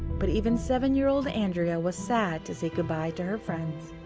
but even seven year old andrea was sad to say goodbye to her friends.